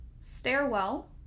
stairwell